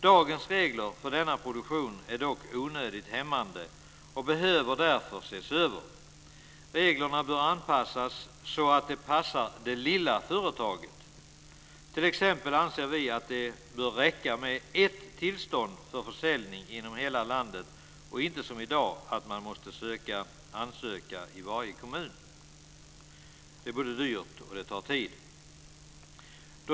Dagens regler för denna produktion är dock onödigt hämmande och behöver därför ses över. Reglerna bör anpassas så att de passar det lilla företaget. T.ex. anser vi att det bör räcka med ett tillstånd för försäljning inom hela landet och inte som i dag att man måste ansöka i varje kommun. Det är dyrt och tar tid.